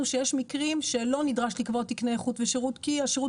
שיש מקרים שלא נדרש לקבוע תקני איכות ושירות כי השירות